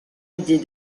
idée